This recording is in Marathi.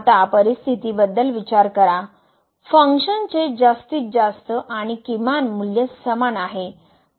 आता परिस्थितीबद्दल विचार करा फंक्शनचे जास्तीत जास्त आणि किमान मूल्य समान आहे